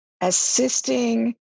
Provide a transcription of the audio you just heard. assisting